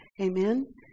amen